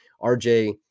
RJ